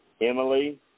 Emily